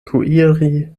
kuiri